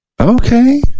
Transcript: okay